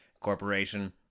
corporation